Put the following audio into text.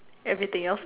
everything else